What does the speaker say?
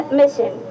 mission